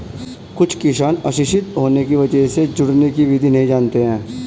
कुछ किसान अशिक्षित होने की वजह से जोड़ने की विधि नहीं जानते हैं